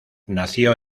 nació